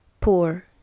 poor